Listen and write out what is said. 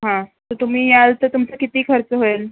हां तर तुम्ही याल तर तुमचा किती खर्च होईल